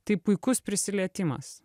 tai puikus prisilietimas